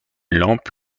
lampe